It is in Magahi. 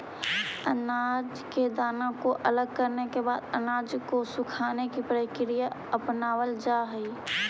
अनाज के दाना को अलग करने के बाद अनाज को सुखाने की प्रक्रिया अपनावल जा हई